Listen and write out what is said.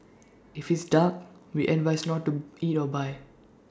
if it's dark we advise not to eat or buy